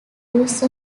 use